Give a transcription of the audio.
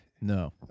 No